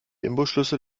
imbusschlüssel